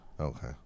Okay